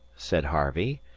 said harvey,